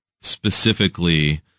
specifically